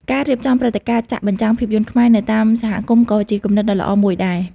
ការរៀបចំព្រឹត្តិការណ៍ចាក់បញ្ចាំងភាពយន្តខ្មែរនៅតាមសហគមន៍ក៏ជាគំនិតដ៏ល្អមួយដែរ។